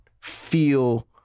feel